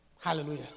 Hallelujah